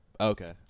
Okay